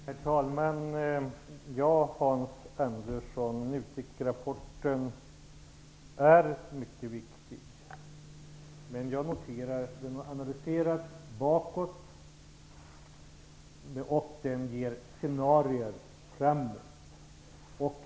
Herr talman! Ja, Hans Andersson, NUTEK rapporten är mycket viktig. Jag noterar att den analyserar bakåt och ger scenarier framåt.